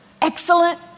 excellent